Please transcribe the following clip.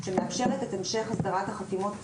שמאפשרת את המשך הסדרת החתימות,